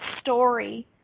story